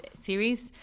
series